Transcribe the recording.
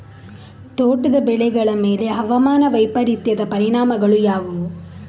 ತೋಟದ ಬೆಳೆಗಳ ಮೇಲೆ ಹವಾಮಾನ ವೈಪರೀತ್ಯದ ಪರಿಣಾಮಗಳು ಯಾವುವು?